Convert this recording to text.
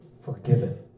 forgiven